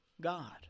God